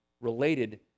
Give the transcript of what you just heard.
related